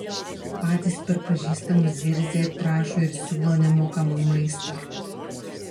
patys per pažįstamus zirzia ir prašo ir siūlo nemokamą maistą